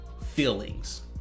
feelings